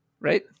right